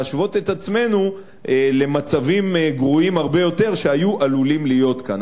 להשוות את עצמנו למצבים גרועים הרבה יותר שהיו עלולים להיות כאן.